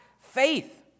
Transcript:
faith